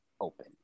Open